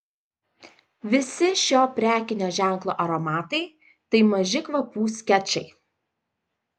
visi šio prekinio ženklo aromatai tai maži kvapų skečai